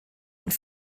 und